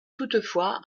toutefois